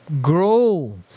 grow